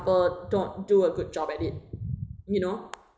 ~ple don't do a good job at it you know